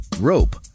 rope